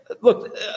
Look